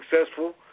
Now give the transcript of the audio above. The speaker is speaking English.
successful